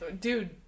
dude